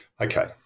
Okay